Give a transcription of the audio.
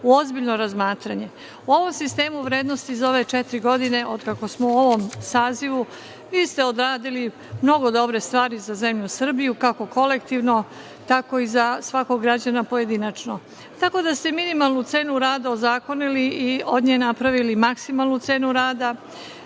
u ozbiljno razmatranje.U ovom sistemu vrednosti za ove četiri godine od kako smo u ovom sazivu, vi ste odradili mnogo dobre stvari za zemlju Srbiju, kako kolektivno tako i za svakog građanina pojedinačno. Tako da ste u minimalnu rade o zakonu i od nje napravili maksimalnu cenu rada,